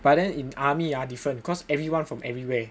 but then in army ah different cause everyone from everywhere